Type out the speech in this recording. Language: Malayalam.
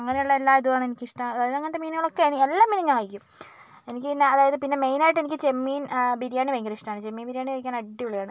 അങ്ങനെയുള്ള എല്ലാ ഇതുമാണ് എനിക്കിഷ്ടം അതായത് അങ്ങനത്തെ മീനുകളൊക്കെ എല്ലാ മീനും ഞാൻ കഴിക്കും എനിക്ക് പിന്നെ അതായത് പിന്നെ മെയിനായിട്ട് എനിക്ക് ചെമ്മീൻ ബിരിയാണി ഭയങ്കരിഷ്ടമാണ് ചെമ്മീൻ ബിരിയാണി കഴിക്കാൻ അടിപൊളിയാണ്